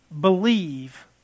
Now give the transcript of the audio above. believe